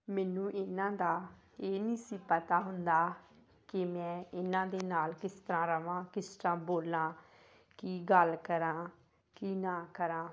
ਮੈਨੂੰ ਇਹਨਾਂ ਦਾ ਇਹ ਨਹੀਂ ਸੀ ਪਤਾ ਹੁੰਦਾ ਕਿ ਮੈਂ ਇਹਨਾਂ ਦੇ ਨਾਲ ਕਿਸ ਤਰ੍ਹਾਂ ਰਹਾਂ ਕਿਸ ਤਰ੍ਹਾਂ ਬੋਲਾਂ ਕੀ ਗੱਲ ਕਰਾਂ ਕੀ ਨਾ ਕਰਾਂ